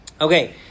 Okay